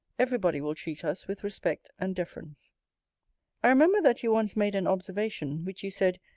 every body will treat us with respect and deference i remember that you once made an observation, which you said,